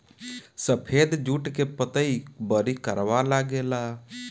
सफेद जुट के पतई बड़ी करवा लागेला